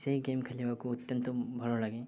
ସେଇ ଗେମ୍ ଖେିଲିବାକୁ ଅତ୍ୟନ୍ତ ଭଲ ଲାଗେ